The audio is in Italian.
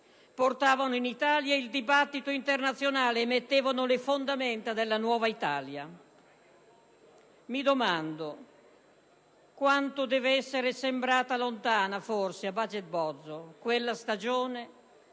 Portavano in Italia il dibattito internazionale, mettevano le fondamenta della nuova Italia. Mi domando quanto deve essere sembrata lontana, forse, a Baget Bozzo quella stagione,